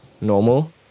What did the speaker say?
normal